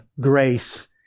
grace